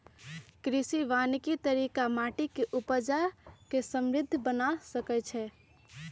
कृषि वानिकी तरिका माटि के उपजा के समृद्ध बना सकइछइ